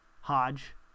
Hodge